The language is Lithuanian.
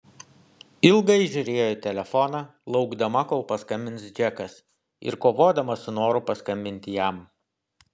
ilgai žiūrėjo į telefoną laukdama kol paskambins džekas ir kovodama su noru paskambinti jam